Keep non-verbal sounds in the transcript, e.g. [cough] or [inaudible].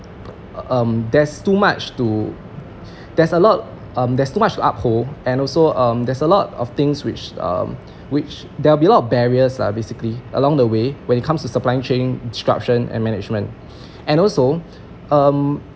um there's too much to there's a lot um there's too much to uphold and also um there's a lot of things which um [breath] which there'll be a lot of barriers lah basically along the way when it comes to supply chain instruction and management [breath] and also [breath] um